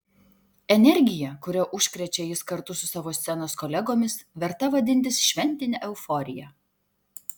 energija kuria užkrečia jis kartu su savo scenos kolegomis verta vadintis šventine euforija